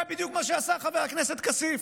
זה בדיוק מה שעשה חבר הכנסת כסיף,